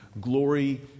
Glory